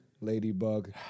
Ladybug